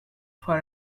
for